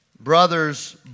brothers